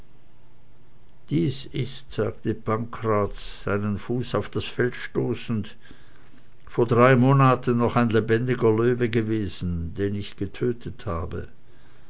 dies ist sagte pankraz seinen fuß auf das fell stoßend vor drei monaten noch ein lebendiger löwe gewesen den ich getötet habe